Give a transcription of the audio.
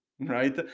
Right